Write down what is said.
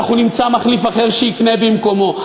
אנחנו נמצא מחליף שיקנה במקומו.